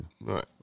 Right